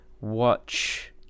watch